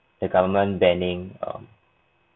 the government banning um